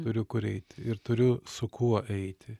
turiu kur eit ir turiu su kuo eiti